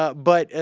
ah but ah.